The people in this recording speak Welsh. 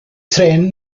trên